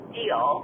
deal